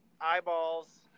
eyeballs